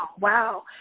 wow